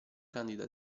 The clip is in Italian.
candida